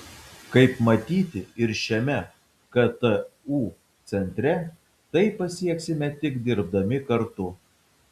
kaip matyti ir šiame ktu centre tai pasieksime tik dirbdami kartu